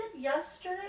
yesterday